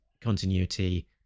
continuity